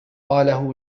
قاله